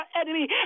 enemy